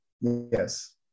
yes